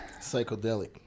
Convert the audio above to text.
Psychedelic